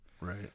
Right